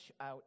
out